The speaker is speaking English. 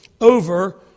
over